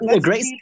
great